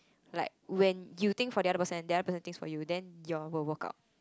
like when you think for the other then and the other person thinks for you then you all will work out